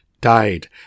died